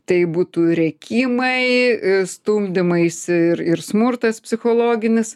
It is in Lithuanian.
tai būtų rėkimai stumdymaisi ir ir smurtas psichologinis